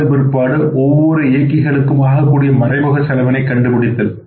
அதன் பிற்பாடு ஒவ்வொரு இயக்கிகளுக்கும் ஆகக்கூடிய மறைமுக செலவினை கண்டுபிடித்தல்